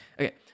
Okay